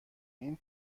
این